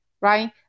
Right